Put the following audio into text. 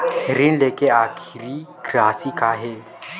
ऋण लेके आखिरी राशि का हे?